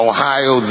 Ohio